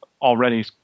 already